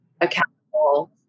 accountable